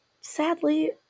sadly